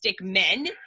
men